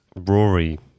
Rory